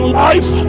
life